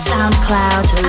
Soundcloud